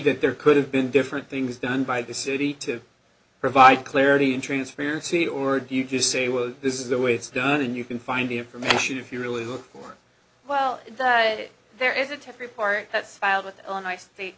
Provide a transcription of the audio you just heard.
that there could have been different things done by the city to provide clarity and transparency or do you just say well this is the way it's done and you can find the information if you really look well at it there is a test report that's filed with the illinois state